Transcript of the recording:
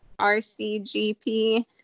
RCGP